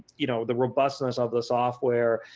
you know the robustness of the software.